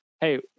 hey